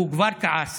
הוא כבר כעס